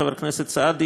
חבר הכנסת סעדי,